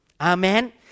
Amen